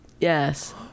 Yes